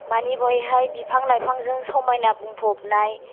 माने बेवहाय बिफां लाइफांजों समायना बुंफबनाय